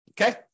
Okay